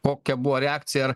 kokia buvo reakcija ar